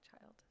child